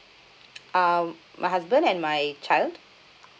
um my husband and my child